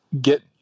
get